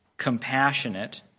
compassionate